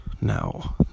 Now